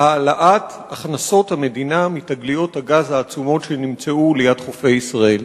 בהעלאת הכנסות המדינה מתגליות הגז העצומות שנמצאו ליד חופי ישראל.